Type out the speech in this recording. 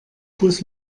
bus